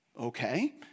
Okay